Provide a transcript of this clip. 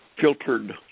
filtered